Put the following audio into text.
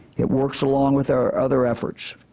it works along with our other efforts.